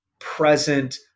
present